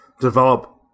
develop